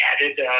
added